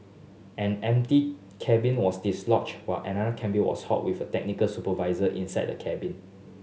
an empty cabin was dislodged while another cabin was halted with a technical supervisor inside the cabin